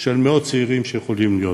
של מאות צעירים שיכולים להיות